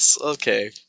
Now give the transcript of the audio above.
Okay